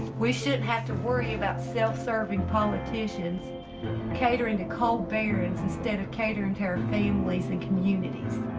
we shouldn't have to worry about self-serving politicians catering to coal barons instead of catering to our families and communities.